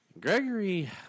Gregory